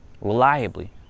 reliably